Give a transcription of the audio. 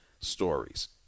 stories